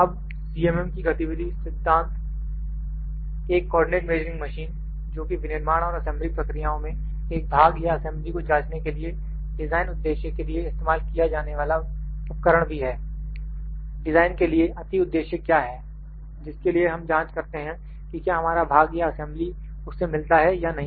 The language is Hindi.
अब CMM का गति विधि सिद्धांत एक कोऑर्डिनेट मेजरिंग मशीन जोकि विनिर्माण और असेंबली प्रक्रियाओं में एक भाग या असेंबली को जाँचने के लिए डिज़ाइन उद्देश्य के लिए इस्तेमाल किया जाने वाला उपकरण भी है डिज़ाइन के लिए अति उद्देश्य क्या है जिसके लिए हम जांच करते हैं कि क्या हमारा भाग या असेंबली उससे मिलता है या नहीं